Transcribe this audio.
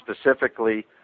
specifically